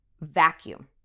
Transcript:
vacuum